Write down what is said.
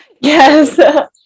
yes